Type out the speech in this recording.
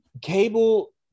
cable